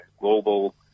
global